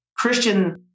Christian